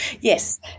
Yes